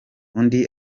undi